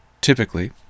typically